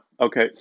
okay